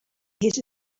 his